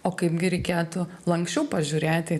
o kaipgi reikėtų lanksčiau pažiūrėti